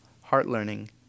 Heart-learning